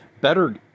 better